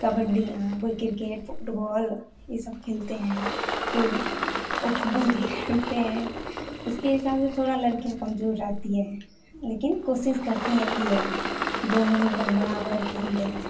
कबड्डी है कोई cricket football ये सब खेलते हैं कोई करते हैं उसके हिसाब से थोड़ा लड़कियाँ कमजोर रहती है लेकिन कोशिश करती हैं कि अब दोनों एकदम बराबर के ही रहें